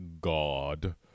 God